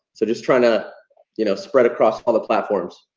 so just trying to you know spread across all the platforms.